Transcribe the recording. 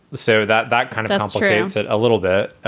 so that that kind of adult strains that a little bit.